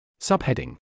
Subheading